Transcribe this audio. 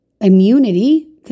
immunity